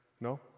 No